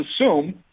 assume